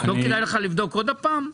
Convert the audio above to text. לא כדאי לך לבדוק עוד הפעם?